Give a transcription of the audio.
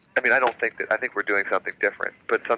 i mean i don't think that, i think we're doing something different but